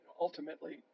ultimately